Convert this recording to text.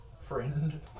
Friend